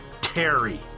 Terry